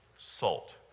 salt